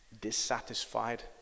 dissatisfied